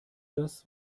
das